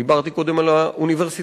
דיברתי קודם על האוניברסיטאות,